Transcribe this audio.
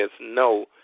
no